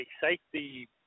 safety